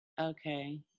Okay